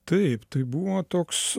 taip tai buvo toks